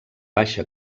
baixa